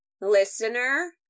Listener